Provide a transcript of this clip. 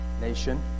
nation